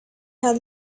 had